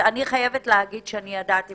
אני ידעתי